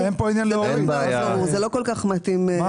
זה לא כל כך מתאים.